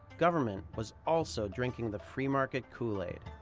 government was also drinking the free-market kool-aid.